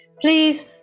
please